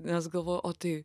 nes galvoju o tai